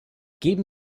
geben